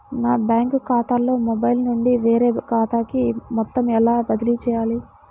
నా బ్యాంక్ ఖాతాలో మొబైల్ నుండి వేరే ఖాతాకి మొత్తం ఎలా బదిలీ చేయాలి?